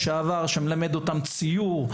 מלמד אותם ציור.